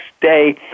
day